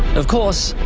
of course,